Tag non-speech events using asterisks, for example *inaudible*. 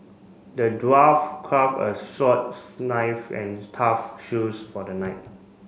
the dwarf craft a *unintelligible* knife and a tough shoes for the knight